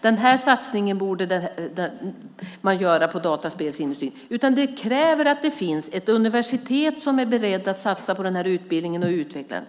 den här utbildningen och att man borde göra den här satsningen på dataspelsindustrin, utan det här kräver att det finns ett universitet som är berett att satsa på den här utbildningen och utveckla den.